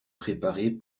préparés